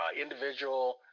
individual